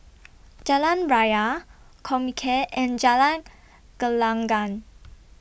Jalan Raya Comcare and Jalan Gelenggang